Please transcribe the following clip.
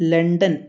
London